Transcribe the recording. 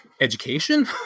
education